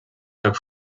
took